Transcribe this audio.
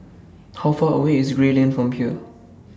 How Far away IS Gray Lane from here